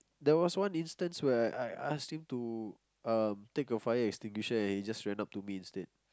there was one instance where I ask him to um take a fire extinguisher and he just ran up to me instead